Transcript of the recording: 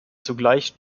zugleich